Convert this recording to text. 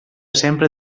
sempre